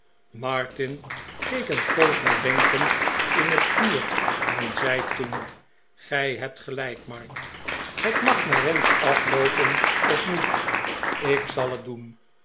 keek een poos nadenkend in het vuur en zei toen gij hebt gelijk mark het mag naar wensch afloopen of niet ik zal het doen